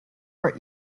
our